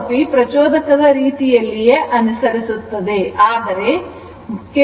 Saphilosophy ಪ್ರಚೋದಕದ ರೀತಿಯಲ್ಲಿಯೇ ಅನುಸರಿಸುತ್ತದೆ ಆದರೆ ಕೇವಲ ವಿರುದ್ಧವಾಗಿರುತ್ತದೆ